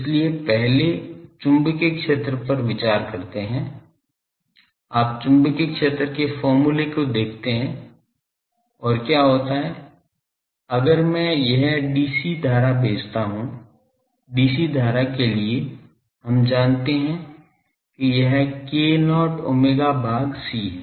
इसलिए पहले चुंबकीय क्षेत्र पर विचार करते है आप चुंबकीय क्षेत्र के फॉर्मूले को देखते है और क्या होता है अगर मैं एक dc धारा भेजता हूं dc धारा के लिए हम जानते हैं कि यह k0omega भाग c है